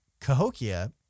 cahokia